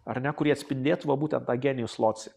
ar ne kurie atspindėtų va būtent tą genius loci